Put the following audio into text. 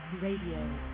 Radio